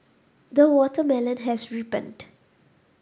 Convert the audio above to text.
the watermelon has ripened